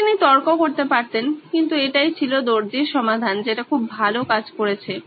হ্যাঁ তিনি তর্ক করতে পারতেন কিন্তু এটাই ছিল দর্জির সমাধান যেটা খুব ভালো কাজ করেছে